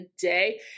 day